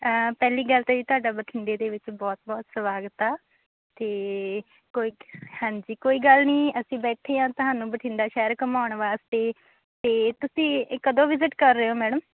ਪਹਿਲੀ ਗੱਲ ਤਾਂ ਜੀ ਤੁਹਾਡਾ ਬਠਿੰਡੇ ਦੇ ਵਿੱਚ ਬਹੁਤ ਬਹੁਤ ਸਵਾਗਤ ਆ ਅਤੇ ਕੋਈ ਹਾਂਜੀ ਕੋਈ ਗੱਲ ਨਹੀਂ ਅਸੀਂ ਬੈਠੇ ਹਾਂ ਤੁਹਾਨੂੰ ਬਠਿੰਡਾ ਸ਼ਹਿਰ ਘੁੰਮਾਉਣ ਵਾਸਤੇ ਅਤੇ ਤੁਸੀਂ ਇਹ ਕਦੋਂ ਵਿਜਿਟ ਕਰ ਰਹੇ ਹੋ ਮੈਡਮ